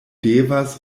devas